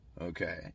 Okay